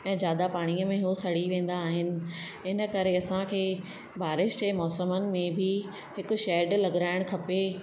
ऐं ज्यादा पाणीअ में उहे सड़ी वेंदा आहिनि इन करे असांखे बारिश जे मौसमनि में बि हिकु शैड लॻाइणु खपे